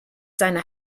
seiner